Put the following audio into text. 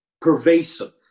pervasive